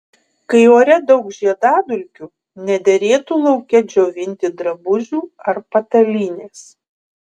kai ore daug žiedadulkių nederėtų lauke džiovinti drabužių ar patalynės